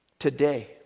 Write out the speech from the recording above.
today